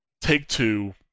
Take-Two